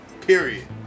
Period